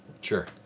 Sure